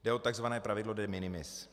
Jde o takzvané pravidlo de minimis.